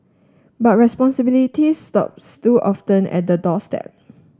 but responsibility stops too often at the doorstep